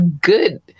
good